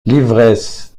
l’ivresse